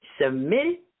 submit